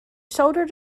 shoulder